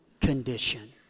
condition